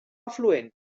afluent